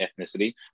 ethnicity